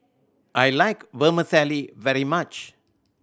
I like Vermicelli very much